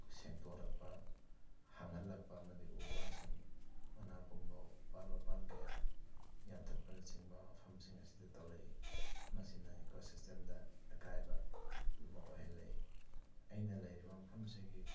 ꯁꯦꯡꯇꯣꯔꯛꯄ ꯍꯥꯡꯍꯜꯂꯛꯄ ꯑꯃꯗꯤ ꯎ ꯋꯥꯁꯤꯡ ꯃꯅꯥ ꯄꯨꯡꯕ ꯎꯄꯥꯜ ꯋꯥꯄꯥꯜ ꯀꯌꯥ ꯌꯥꯟꯊꯠꯄꯅꯆꯤꯡꯕ ꯃꯐꯝꯁꯤꯡ ꯑꯁꯤꯗ ꯇꯧꯔꯛꯏ ꯃꯁꯤꯅ ꯏꯀꯣ ꯁꯤꯁꯇꯦꯝꯗ ꯑꯀꯥꯏꯕ ꯑꯃ ꯑꯣꯏꯍꯜꯂꯛꯏ ꯑꯩꯅ ꯂꯩꯔꯤꯕ ꯃꯐꯝꯁꯤꯒꯤ